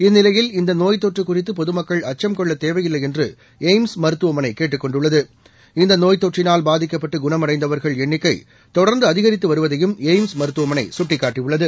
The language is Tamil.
இந்நிலையில் இந்தநோய் தொற்றுகுறித்துபொதுமக்கள் கொள்ளத் அச்சம் தேவையில்லைஎன்றுளய்ம்ஸ் மருத்துவமனைகேட்டுக் கொண்டுள்ளது இந்தநோய் தொற்றினால் பாதிக்கப்பட்டு குணமடைந்தவர்கள் எண்ணிக்கைதொடர்ந்துஅதிகரித்துவருவதையும் எய்ம்ஸ் மருததுவமனைசுட்டிக்காட்டியுள்ளது